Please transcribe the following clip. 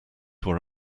were